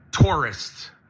tourists